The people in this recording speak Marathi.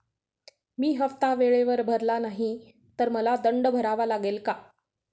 मी हफ्ता वेळेवर भरला नाही तर मला दंड भरावा लागेल का?